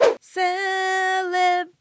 Celebrate